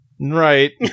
Right